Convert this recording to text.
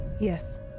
Yes